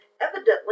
Evidently